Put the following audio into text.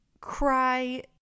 cry